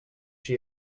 she